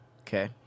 Okay